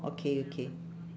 okay okay